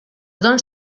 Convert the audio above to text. doncs